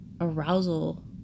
arousal